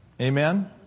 Amen